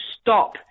stop